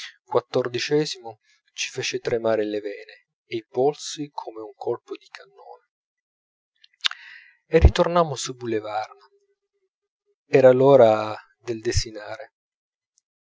ci fece tremare le vene e i polsi come un colpo di cannone e ritornammo sui boulevards era l'ora del desinare